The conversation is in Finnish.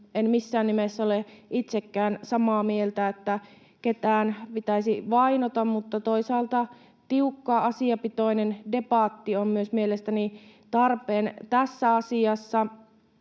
en missään nimessä ole itsekään sitä mieltä, että ketään pitäisi vainota, mutta toisaalta tiukka, asiapitoinen debatti on myös mielestäni tarpeen tässä asiassa.